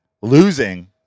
losing